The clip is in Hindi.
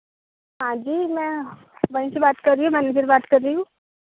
हाँ जी मैं वहीं से बात कर रही हूँ मैनेजर बात कर रही हूँ